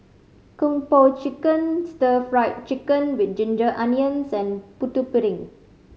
Kung Po Chicken Stir Fried Chicken With Ginger Onions and Putu Piring